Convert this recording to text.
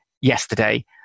yesterday